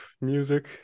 music